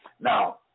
Now